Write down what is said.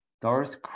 Darth